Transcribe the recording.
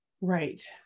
Right